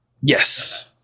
Yes